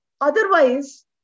Otherwise